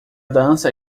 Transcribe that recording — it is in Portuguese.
dança